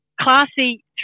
classy